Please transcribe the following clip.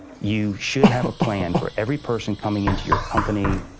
you should have a plan for every person coming into your company,